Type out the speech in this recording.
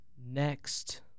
next